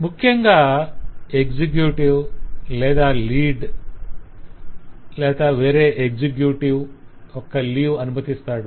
ముఖ్యంగా ఎక్సెక్యుటివ్ లేదా లీడ్ వేరే ఎక్సెక్యుటివ్ యొక్క లీవ్ ను అనుమతిస్తాడు